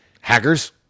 Hackers